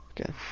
Okay